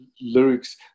lyrics